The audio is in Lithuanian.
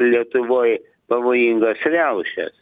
lietuvoj pavojingas riaušes